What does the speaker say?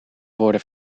worden